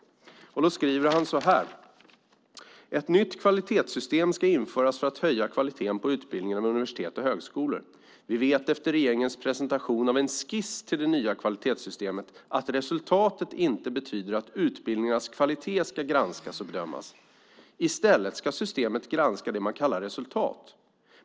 Han skriver så här: Ett nytt kvalitetssystem ska införas för att höja kvaliteten på utbildningarna inom universitet och högskolor. Vi vet efter regeringens presentation av en skiss till det nya kvalitetssystemet att resultatet inte betyder att utbildningars kvalitet ska granskas och bedömas. I stället ska systemet granska det man kallar resultat.